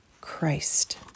Christ